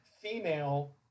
female